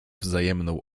wzajemną